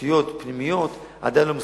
ותשתיות פנימיות עדיין לא מסודרות.